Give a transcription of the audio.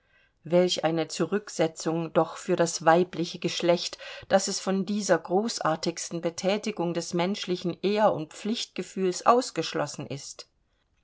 welch eine zurücksetzung doch für das weibliche geschlecht daß es von dieser großartigsten bethätigung des menschlichen ehr und pflichtgefühls ausgeschlossen ist